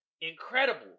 Incredible